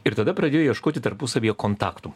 ir tada pradėjo ieškoti tarpusavyje kontaktų